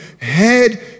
head